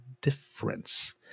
difference